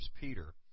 Peter